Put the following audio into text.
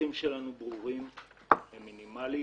הצרכים שלנו ברורים ומינימליים,